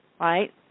Right